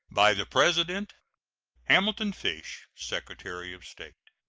by the president hamilton fish, secretary of state.